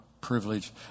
privilege